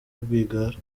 rwigara